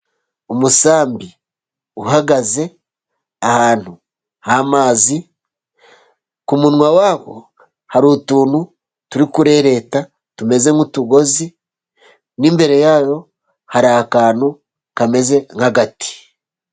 Umusambi uhagaze ahantu ha amazi, ku munwa wawo hari utuntu, turi kure reta tumeze nk'utugozi, nimbere yawo hari akantu kameze nk'agati.